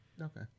Okay